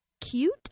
cute